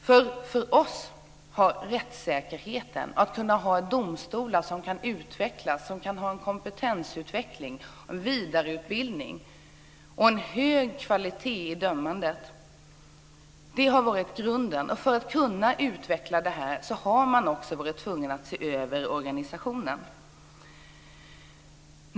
För oss har grunden varit domstolar där personalen kan kompetensutvecklas och vidareutbildas och där dömandet har hög kvalitet. För att kunna utveckla domstolarna har man också varit tvungen att se över organisationen.